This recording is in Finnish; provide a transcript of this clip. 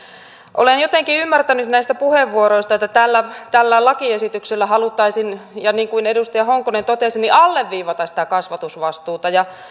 olen jotenkin ymmärtänyt näistä puheenvuoroista että tällä lakiesityksellä haluttaisiin niin kuin edustaja honkonen totesi alleviivata sitä kasvatusvastuuta ja